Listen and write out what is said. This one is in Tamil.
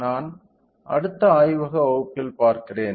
நான் அடுத்த ஆய்வக வகுப்பில் பார்க்கிறேன்